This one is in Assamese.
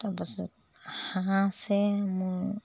তাৰপাছত হাঁহ আছে মোৰ